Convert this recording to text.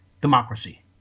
democracy